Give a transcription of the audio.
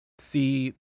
see